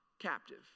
captive